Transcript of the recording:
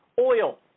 oil